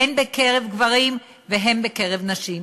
הן בקרב גברים והן בקרב נשים.